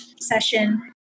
session